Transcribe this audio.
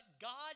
God